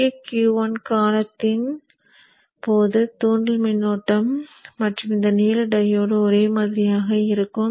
முக்கிய Q1 காலத்தின் போது தூண்டல் மின்னோட்டம் மற்றும் இந்த நீல டையோடு ஒரே மாதிரியாக இருக்கும்